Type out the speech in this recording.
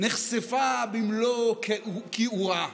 נחשפה במלוא כיעורה".